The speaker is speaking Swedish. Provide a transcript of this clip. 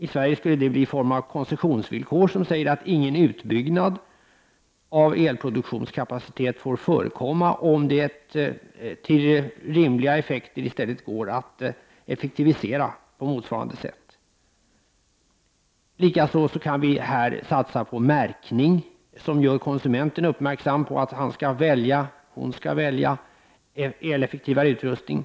I Sverige skulle det bli någon form av koncessionsvillkor som innebär att ingen utbyggnad av elproduktionskapacitet får förekomma, om det till rimliga effekter i stället går att effektivisera på motsvarande sätt. Likaså kan vi satsa på märkning som gör konsumenten uppmärksam på att han eller hon skall välja en eleffektivare utrustning.